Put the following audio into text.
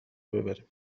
ببریم